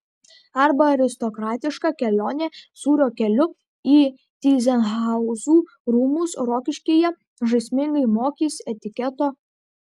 arba aristokratiška kelionė sūrio keliu į tyzenhauzų rūmus rokiškyje žaismingai mokys etiketo